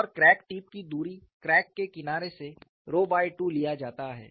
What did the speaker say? और crack tip की दूरी क्रैक के किनारे से रो बाय 2 लिया जाता है